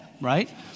right